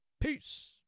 Peace